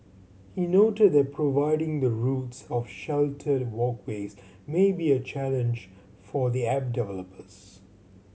he noted that providing the routes of sheltered walkways may be a challenge for the app developers